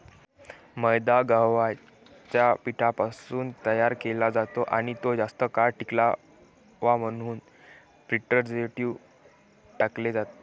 मैदा गव्हाच्या पिठापासून तयार केला जातो आणि तो जास्त काळ टिकावा म्हणून प्रिझर्व्हेटिव्ह टाकले जातात